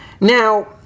Now